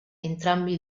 entrambi